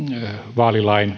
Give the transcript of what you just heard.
vaalilain